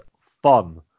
fun